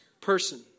person